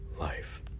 life